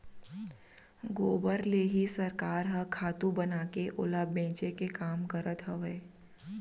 गोबर ले ही सरकार ह खातू बनाके ओला बेचे के काम करत हवय